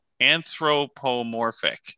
Anthropomorphic